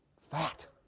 fat.